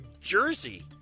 Jersey